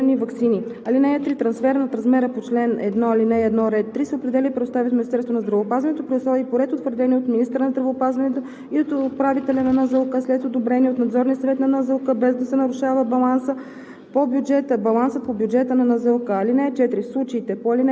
на едро с лекарствени продукти за доставените и приложени ваксини. (3) Трансфер над размера по чл. 1, ал. 1, ред 3 се определя и предоставя от Министерството на здравеопазването при условия и по ред, утвърдени от министъра на здравеопазването и от управителя на НЗОК, след одобрение от Надзорния съвет на НЗОК, без да се нарушава балансът